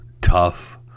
tough